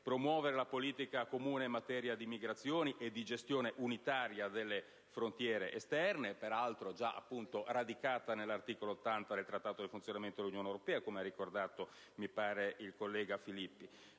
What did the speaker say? promuovere la politica comune in materia di migrazioni e di gestione unitaria delle frontiere esterne, peraltro già radicata nell'articolo 80 del Trattato sul funzionamento dell'Unione europea, come mi pare abbia ricordato il senatore Alberto Filippi.